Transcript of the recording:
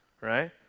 Right